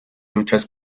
luchas